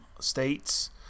states